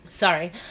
Sorry